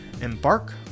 embark